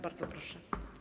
Bardzo proszę.